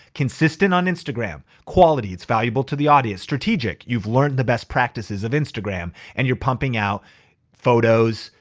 consistent on instagram. quality, it's valuable to the audience. strategic, you've learned the best practices of instagram and you're pumping out photos,